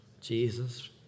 Jesus